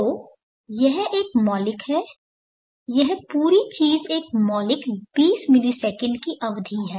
तो यह एक मौलिक है यह पूरी चीज एक मौलिक 20 मिलीसेकंड की अवधि है